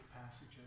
passages